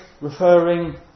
referring